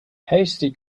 hasty